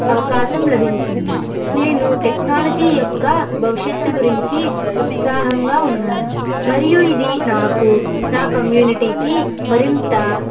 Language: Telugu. అవకాశం లభించింది నేను టెక్నాలజీ యొక్క భవిష్యత్తు గురించి ఉత్సాహంగా ఉన్నాను మరియు ఇది నాకు నా కమ్యూనిటీకి మరింత